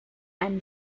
and